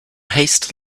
haste